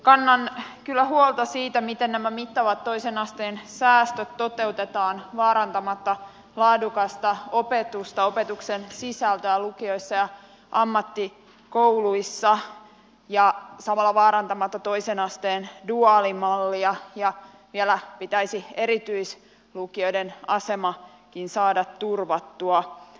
kannan kyllä huolta siitä miten nämä mittavat toisen asteen säästöt toteutetaan vaarantamatta laadukasta opetusta opetuksen sisältöä lukioissa ja ammattikouluissa ja samalla vaarantamatta toisen asteen duaalimallia ja vielä pitäisi erityislukioiden asemakin saada turvattua